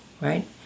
right